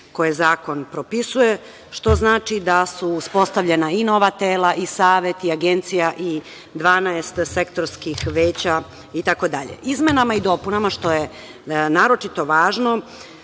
koje zakon propisuje, što znači da su uspostavljena i nova tela i Savet, Agencija, 12 sektorskih veća itd. Izmenama i dopunama, što je naročito važno,